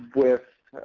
with